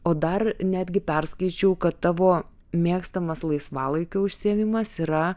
o dar netgi perskaičiau kad tavo mėgstamas laisvalaikio užsiėmimas yra